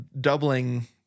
doubling